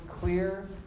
clear